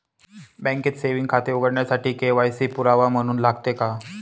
बँकेत सेविंग खाते उघडण्यासाठी के.वाय.सी पुरावा म्हणून लागते का?